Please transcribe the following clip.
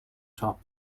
top